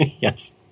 Yes